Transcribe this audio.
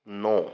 नौ